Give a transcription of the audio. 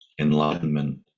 enlightenment